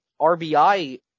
RBI